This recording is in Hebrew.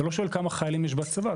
לא שואלים כמה חיילים יש בצבא,